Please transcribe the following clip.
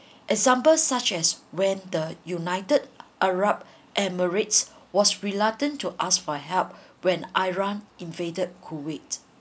examples such as when the united arab emirates was reluctant to ask for help when iran invaded kuwait